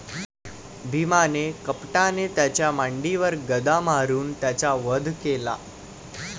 भीमाने कपटाने त्याच्या मांडीवर गदा मारून त्याचा वध केला